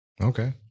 Okay